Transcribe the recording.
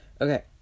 Okay